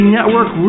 Network